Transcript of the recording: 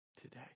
today